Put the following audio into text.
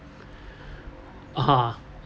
ah